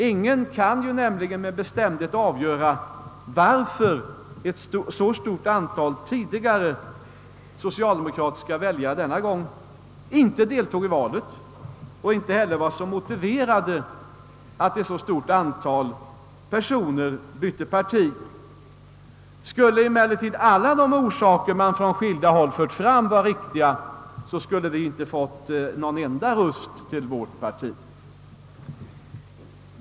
Ingen kan nämligen exakt ange orsaken till att ett så stort antal tidigare socialdemokratiska väljare denna gång inte deltog i valet och inte heller vad som var motiven till att ett så stort antal personer bytte parti. Skulle emellertid alla de orsaker man från skilda håll framfört vara riktiga, skulle vi inte ha erhållit en enda röst på vårt parti.